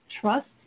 trust